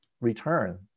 return